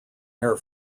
air